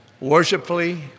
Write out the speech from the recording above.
Worshipfully